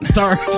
Sorry